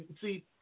see